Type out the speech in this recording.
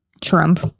trump